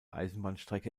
eisenbahnstrecke